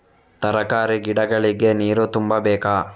ತರಕಾರಿ ಗಿಡಗಳಿಗೆ ನೀರು ತುಂಬಬೇಕಾ?